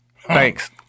Thanks